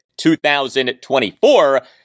2024